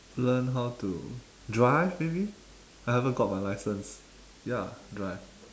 learn how to drive maybe I haven't got my license ya drive